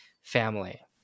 family